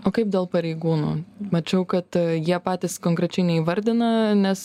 o kaip dėl pareigūnų mačiau kad jie patys konkrečiai neįvardina nes